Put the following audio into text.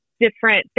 different